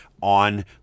on